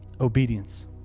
Obedience